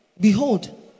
Behold